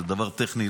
זה דבר טכני.